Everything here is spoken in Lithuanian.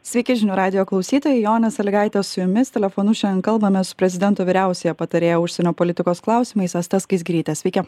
sveiki žinių radijo klausytojai jonė sąlygaitė su jumis telefonu šiandien kalbamės su prezidento vyriausiąja patarėja užsienio politikos klausimais asta skaisgiryte sveiki